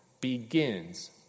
begins